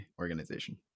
organization